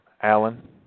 Alan